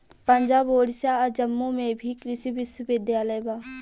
पंजाब, ओडिसा आ जम्मू में भी कृषि विश्वविद्यालय बा